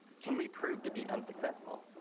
can we proved to be unsuccessful.